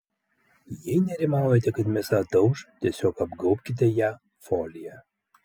jei nerimaujate kad mėsa atauš tiesiog apgaubkite ją folija